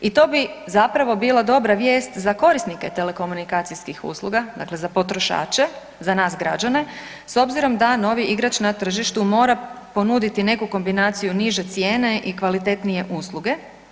I to bi zapravo bila dobra vijest za korisnike telekomunikacijskih usluga, dakle za potrošače, za nas građane s obzirom da novi igrač na tržištu mora ponuditi neku kombinaciju niže cijene i kvalitetnije usluge.